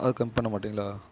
அது கம்மி பண்ண மாட்டிங்களா